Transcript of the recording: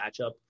matchup